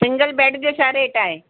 single bed जो छा rate आहे